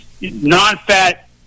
non-fat